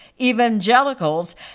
Evangelicals